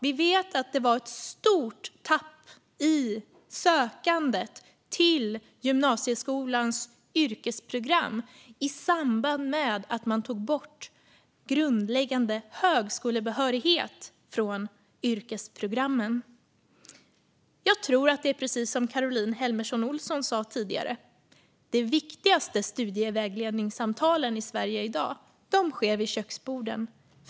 Vi vet att det var ett stort tapp i sökandet till gymnasieskolans yrkesprogram i samband med att man tog bort grundläggande högskolebehörighet från yrkesprogrammen. Jag tror att det är precis som Caroline Helmersson Olsson sa tidigare: De viktigaste studievägledningssamtalen i Sverige i dag sker vid köksborden.